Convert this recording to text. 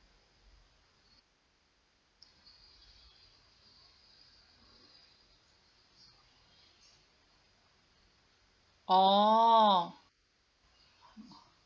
oh